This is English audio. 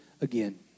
again